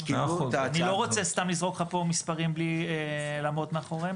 אני לא רוצה סתם לזרוק לך פה מספרים בלי לעמוד מאחוריהם,